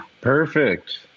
Perfect